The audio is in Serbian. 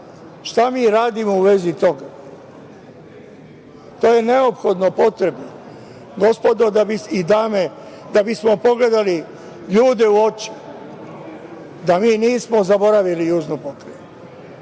šta mi radimo u vezi toga? To je neophodno potrebno, gospodo i dame, da bismo pogledali ljude u oči, da mi nismo zaboravili južnu pokrajinu. Drugo